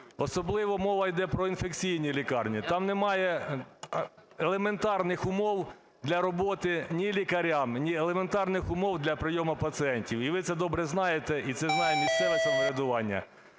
особливо мова йде про інфекційні лікарні. Там немає елементарних умов для роботи ні лікарям, ні елементарних умов для прийому пацієнтів. І ви це добре знаєте, і це знає місцеве самоврядування.